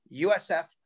USF